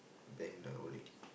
bang the old lady